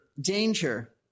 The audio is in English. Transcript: danger